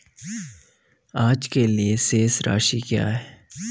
आज के लिए शेष राशि क्या है?